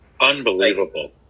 Unbelievable